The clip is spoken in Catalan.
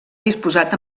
disposat